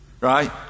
right